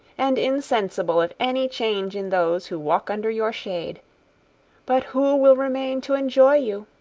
and insensible of any change in those who walk under your shade but who will remain to enjoy you?